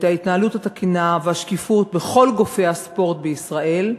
את ההתנהלות התקינה ואת השקיפות בכל גופי הספורט בישראל,